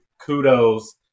kudos